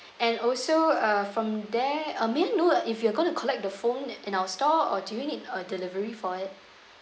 and also uh from there uh may I know uh if you're going to collect the phone in our store or do you need a delivery for it